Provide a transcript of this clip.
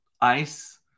ice